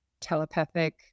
telepathic